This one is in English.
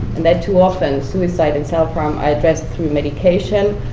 and that too often, suicide and self-harm are addressed through medication,